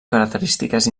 característiques